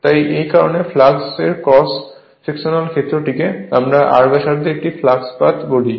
তাই এই কারণেই ফ্লাক্সের ক্রস সেকশনাল ক্ষেত্রটিকে আমরা r ব্যাসার্ধে একটি ফ্লাক্স পাথ বলি